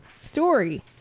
story